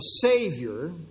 Savior